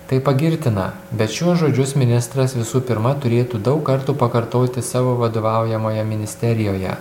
tai pagirtina bet šiuos žodžius ministras visų pirma turėtų daug kartų pakartoti savo vadovaujamoje ministerijoje